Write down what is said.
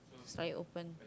slightly open